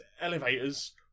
elevators